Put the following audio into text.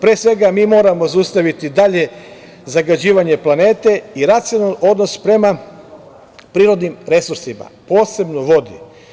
Pre svega, mi moramo zaustaviti dalje zagađivanje planete i racionalan odnos prema prirodnim resursima, posebno vodi.